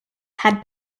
had